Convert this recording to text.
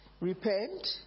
repent